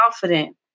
confident